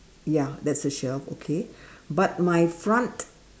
ya that's a shelf okay but my front